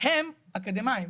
הם אקדמאים.